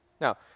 Now